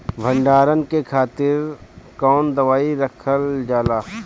भंडारन के खातीर कौन दवाई रखल जाला?